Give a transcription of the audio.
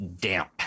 damp